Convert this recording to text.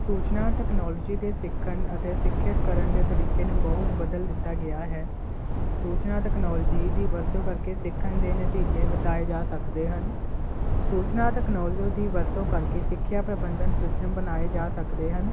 ਸੂਚਨਾ ਟੈਕਨੋਲੋਜੀ ਦੇ ਸਿੱਖਣ ਅਤੇ ਸਿੱਖਿਅਤ ਕਰਨ ਦੇ ਤਰੀਕੇ ਨੂੰ ਬਹੁਤ ਬਦਲ ਦਿੱਤਾ ਗਿਆ ਹੈ ਸੂਚਨਾ ਤਕਨੋਲੋਜੀ ਦੀ ਵਰਤੋਂ ਕਰਕੇ ਸਿੱਖਣ ਦੇ ਨਤੀਜੇ ਬਿਤਾਏ ਜਾ ਸਕਦੇ ਹਨ ਸੂਚਨਾ ਤਕਨੋਲੋਜੀ ਦੀ ਵਰਤੋਂ ਕਰਕੇ ਸਿੱਖਿਆ ਪ੍ਰਬੰਧਨ ਸਿਸਟਮ ਬਣਾਏ ਜਾ ਸਕਦੇ ਹਨ